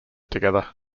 together